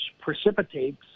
precipitates